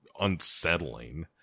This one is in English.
unsettling